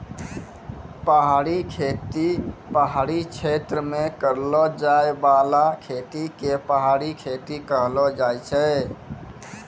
पहाड़ी खेती पहाड़ी क्षेत्र मे करलो जाय बाला खेती के पहाड़ी खेती कहलो जाय छै